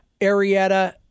Arietta